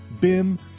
BIM